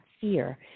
fear